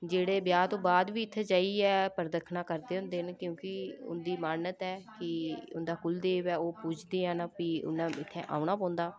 जेह्ड़े ब्याह् तू बाद इत्थै जाइयै परदक्खनां करदे होंदे न क्योंकि उंदी मानत ऐ कि उं'दा कुलदेव ऐ ओह् पूजदे ऐं फ्ही उनें इत्थै औना पौंदा